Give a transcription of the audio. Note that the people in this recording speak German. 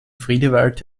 friedewald